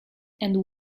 and